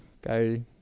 go